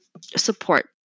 support